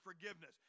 forgiveness